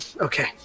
Okay